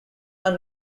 are